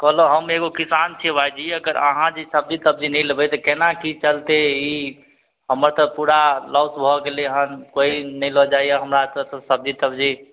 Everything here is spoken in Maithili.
कहलहुँ हम एगो किसान छियै भायजी अगर अहाँ जे सब्जी तब्जी नहि लेबय तऽ केना की चलतइ ई हमर तऽ पूरा लॉस भऽ गेलय हन कोइ नहि लए जाइए हमरासँ सब्जी तब्जी